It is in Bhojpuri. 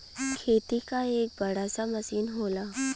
खेती क एक बड़ा सा मसीन होला